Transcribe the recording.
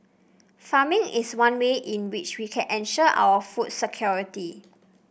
farming is one way in which we can ensure our food security